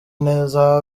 neza